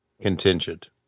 contingent